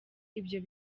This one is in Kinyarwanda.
ibyo